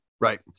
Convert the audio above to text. Right